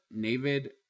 David